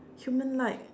human like